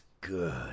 good